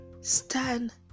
stand